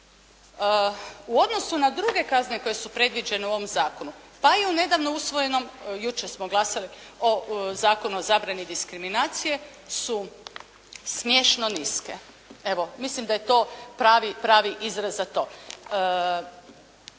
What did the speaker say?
u odnosu na druge kazne koje su predviđene u ovom zakonu, pa je u nedavnom usvojenom, jučer smo glasali o Zakon o zabrani diskriminacije su smiješno niske. Evo, mislim da je to pravi izraz za to.